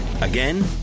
Again